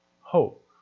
hope